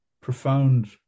profound